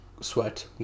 sweat